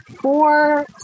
four